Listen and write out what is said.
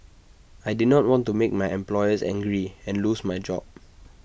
I did not want to make my employers angry and lose my job